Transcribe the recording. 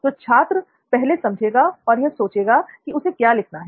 तो छात्र पहले समझेगा और यह सोचेगा कि उसे क्या लिखना है